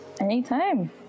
Anytime